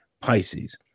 Pisces